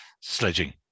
sledging